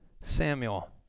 Samuel